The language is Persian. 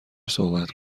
صحبت